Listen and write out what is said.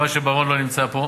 חבל שבר-און לא נמצא פה.